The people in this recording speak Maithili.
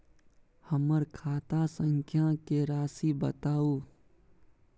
हमर खाता संख्या के राशि बताउ